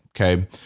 okay